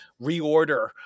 reorder